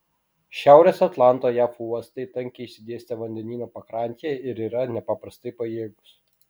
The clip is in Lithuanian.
šiaurės atlanto jav uostai tankiai išsidėstę vandenyno pakrantėje ir yra nepaprastai pajėgūs